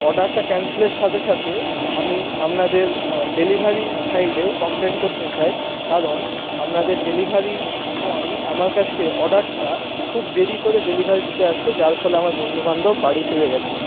অর্ডারটা ক্যান্সেলের সাথে সাথে আমি আপনাদের ডেলিভারি সাইডেও কমপ্লেন করতে চাই কারণ আপনাদের ডেলিভারি বয় আমার কাছে অর্ডারটা খুব দেরি করে ডেলিভারি দিতে আসছে যাল ফলে আমার বন্ধু বান্ধব বাড়ি ফিরে গেছে